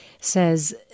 says